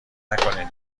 نکنین